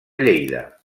lleida